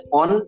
on